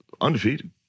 Undefeated